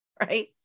right